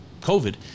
COVID